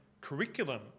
curriculum